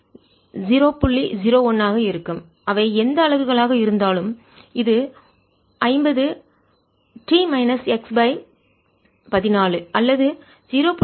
01 ஆக இருக்கும் அவை எந்த அலகுகளாக இருந்தாலும் இது 50 t மைனஸ் x 14 அல்லது 0